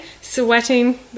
sweating